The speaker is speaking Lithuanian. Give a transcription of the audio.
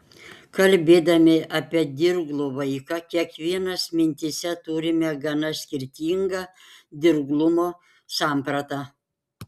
kalbėdami apie dirglų vaiką kiekvienas mintyse turime gana skirtingą dirglumo sampratą